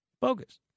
Bogus